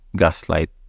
gaslight